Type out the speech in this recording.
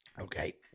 Okay